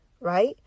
right